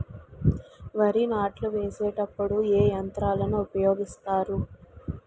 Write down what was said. వరి నాట్లు వేసేటప్పుడు ఏ యంత్రాలను ఉపయోగిస్తారు?